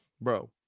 bro